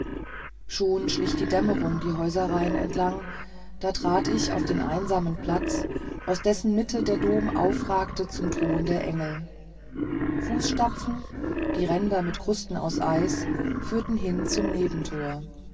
schon schlich die dämmerung die häuserreihen entlang da trat ich auf den einsamen platz aus dessen mitte der dom aufragt zum thron der engel fußtapfen die ränder mit krusten aus eis führten hin zum